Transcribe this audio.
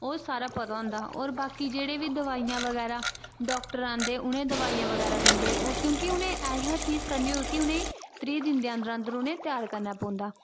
ओह् सारा पता होंदा ते बाकी जोेह्ड़ी बी दवाइयां डाक्टर आंदे उ'नेंगी दवाइयां बगैरा दिंदे क्योंकि उनें ऐसा चीज़ करनी होऐ कि उ'नेंगी त्रीह् दिन दे अन्दर अन्दर उ'नेंगी तैयार करनां पौंदा